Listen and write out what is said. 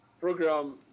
program